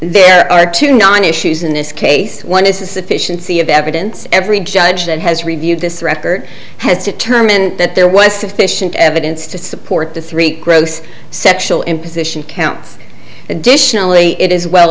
there are two non issues in this case one is the sufficiency of evidence every judge that has reviewed this record has determined that there was sufficient evidence to support the three gross sexual imposition counts additionally it is well